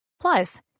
plus